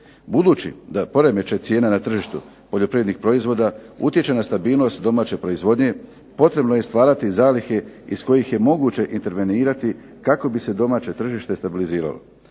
Budući da poremećaj cijena na tržištu poljoprivrednih proizvoda utječe na stabilnost domaće proizvodnje potrebno je stvarati zalihe iz kojih je moguće intervenirati kako bi se domaće tržište stabiliziralo.